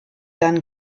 dann